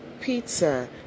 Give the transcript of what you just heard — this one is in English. pizza